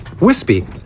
wispy